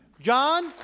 John